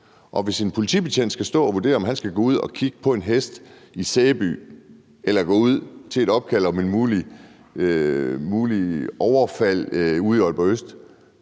og hvis en politibetjent skal stå og vurdere, om han skal gå ud og kigge på en hest i Sæby eller følge op på et opkald om et muligt overfald ude i Aalborg Øst,